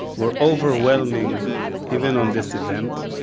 were overwhelming even on this event